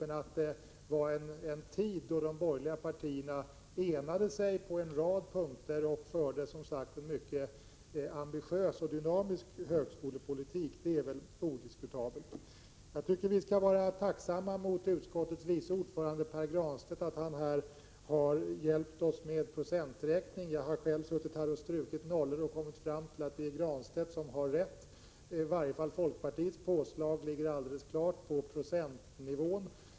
Det är ändå odiskutabelt att de borgerliga partierna under den tiden enade sig på en rad punkter och förde en mycket ambitiös högskolepolitik. Jag tycker att vi skall vara tacksamma mot utskottets vice ordförande Pär Granstedt för att han har hjälpt oss med procenträkning. Jag har själv suttit här och strukit nollor. Då kom jag fram till att det är Pär Granstedt som har rätt. Folkpartiets påslag ligger i varje fall alldeles klart på procentnivån.